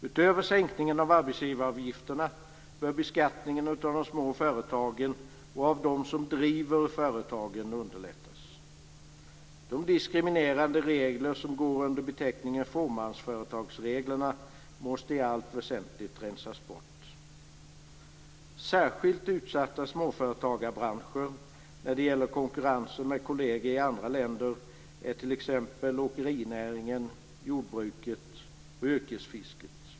Utöver sänkningen av arbetsgivaravgifterna bör beskattningen av de små företagen och av dem som driver företagen underlättas. De diskriminerande regler som går under beteckningen fåmansföretagsreglerna måste i allt väsentligt rensas bort. Särskilt utsatta småföretagarbranscher när det gäller konkurrensen med kolleger i andra länder är t.ex. åkerinäringen, jordbruket och yrkesfisket.